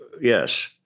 yes